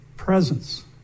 presence